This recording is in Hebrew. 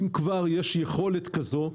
אם כבר יש יכולת כזאת,